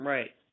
Right